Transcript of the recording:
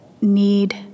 need